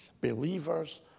Believers